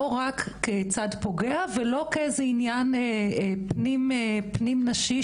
לא רק כצד פוגע ולא כאיזה עניין פנים נשי,